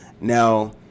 Now